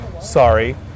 sorry